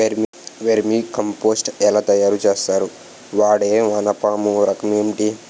Vermi compost ఎలా తయారు చేస్తారు? వాడే వానపము రకం ఏంటి?